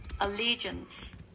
allegiance